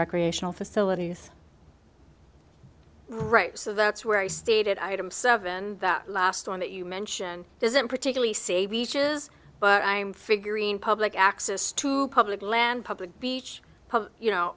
recreational facilities right so that's where he stated i am seven that last one that you mention doesn't particularly say beaches but i'm figurine public access to public land public beach you know